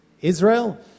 Israel